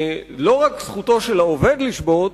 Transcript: לא רק זכותו של העובד לשבות,